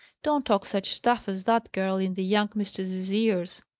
don't talk such stuff as that, girl, in the young mistress's ears.